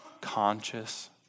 conscious